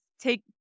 take